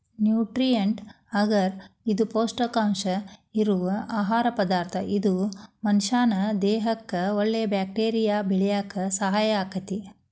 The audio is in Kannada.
ನ್ಯೂಟ್ರಿಯೆಂಟ್ ಅಗರ್ ಇದು ಪೌಷ್ಟಿಕಾಂಶ ಇರೋ ಆಹಾರ ಪದಾರ್ಥ ಇದು ಮನಷ್ಯಾನ ದೇಹಕ್ಕಒಳ್ಳೆ ಬ್ಯಾಕ್ಟೇರಿಯಾ ಬೆಳ್ಯಾಕ ಸಹಾಯ ಆಗ್ತೇತಿ